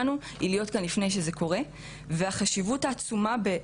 הדוקטורט שלי עוסק בנושא של עברייני מין ברשת,